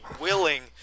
willing